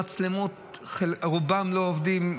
המצלמות רובן לא עובדות,